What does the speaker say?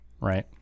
right